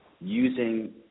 using